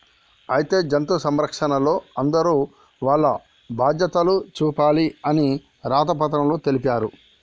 అయితే జంతు సంరక్షణలో అందరూ వాల్ల బాధ్యతలు చూపాలి అని రాత పత్రంలో తెలిపారు